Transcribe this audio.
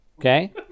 Okay